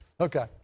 Okay